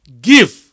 Give